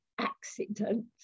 accident